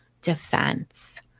defense